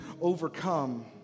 overcome